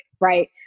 right